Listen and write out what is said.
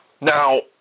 Now